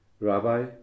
Rabbi